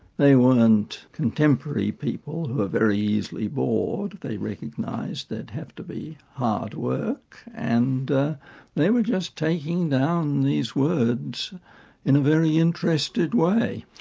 they weren't contemporary people who are very easily bored, they recognised there'd have to be hard work, and they were just taking down these words in a very interested way.